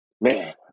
man